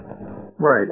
Right